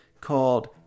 called